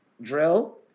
drill